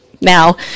now